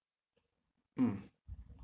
mm